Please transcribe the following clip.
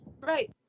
Right